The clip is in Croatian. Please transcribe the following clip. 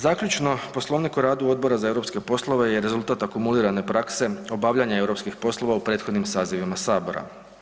Zaključno, Poslovnik o radu Odbora za europske poslove je rezultat akumulirane prakse obavljanja europskih poslova u prethodnim sazivima sabora.